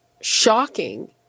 shocking